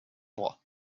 mois